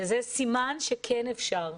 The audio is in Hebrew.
וזה סימן שכן אפשר.